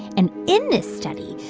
and in this study,